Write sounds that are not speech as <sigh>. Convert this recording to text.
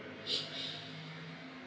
<noise>